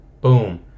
Boom